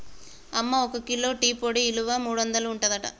అమ్మ ఒక kilo tea పొడి ఇలువ మూడొందలు ఉంటదట